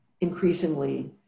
increasingly